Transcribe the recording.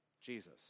Jesus